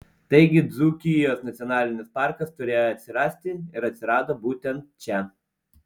taigi dzūkijos nacionalinis parkas turėjo atsirasti ir atsirado būtent čia